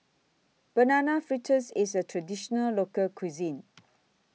Banana Fritters IS A Traditional Local Cuisine